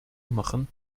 machen